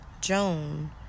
Joan